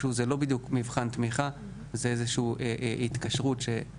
זה לא בדיוק מבחן תמיכה, זו התקשרות שאנחנו